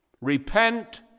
Repent